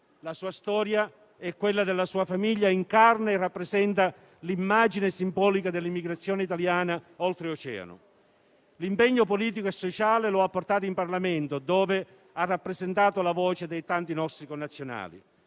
La sua storia e quella della sua famiglia incarnano e rappresentano l'immagine simbolica dell'emigrazione italiana oltreoceano. L'impegno politico e sociale lo ha portato in Parlamento, dove ha rappresentato la voce di tanti nostri connazionali.